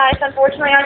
Unfortunately